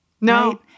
No